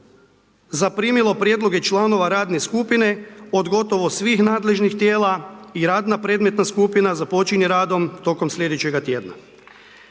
zaprimilo prijedloge članova radne skupine od gotovo svih nadležnih tijela i radna predmetna skupina započinje radom tokom sljedećega tjedna.